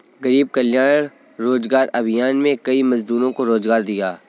गरीब कल्याण रोजगार अभियान में कई मजदूरों को रोजगार दिया